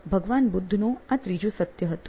ભગવાન બુદ્ધનું આ ત્રીજું સત્ય હતું